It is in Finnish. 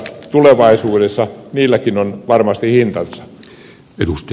tulevaisuudessa niilläkin on varmasti hintansa